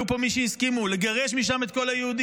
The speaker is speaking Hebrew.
היו פה מי שהסכימו לגרש משם את כל היהודים.